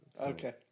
Okay